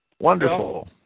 Wonderful